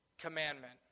commandment